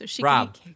Rob